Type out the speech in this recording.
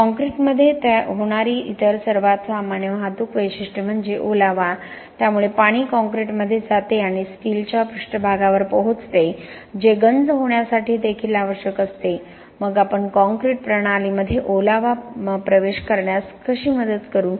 कॉंक्रिटमध्ये होणारी इतर सर्वात सामान्य वाहतूक वैशिष्ट्ये म्हणजे ओलावा त्यामुळे पाणी कॉंक्रिटमध्ये जाते आणि स्टीलच्या पृष्ठभागावर पोहोचते जे गंज होण्यासाठी देखील आवश्यक असते मग आपण काँक्रीट प्रणालीमध्ये ओलावा प्रवेश करण्यास कशी मदत करू